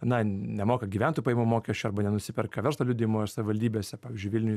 na nemoka gyventojų pajamų mokesčio arba nenusiperka verslo liudijimo savivaldybėse pavyzdžiui vilniuj